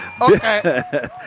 Okay